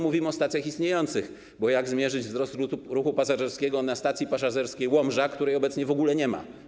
Mówimy o stacjach istniejących, bo jak zmierzyć wzrost ruchu pasażerskiego na stacji pasażerskiej Łomża, której obecnie w ogóle nie ma?